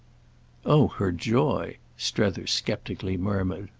oh her joy! strether sceptically murmured.